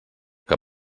que